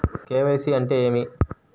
KYC అంటే ఏమి?